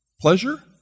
pleasure